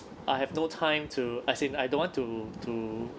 I have no time to as in I don't want to to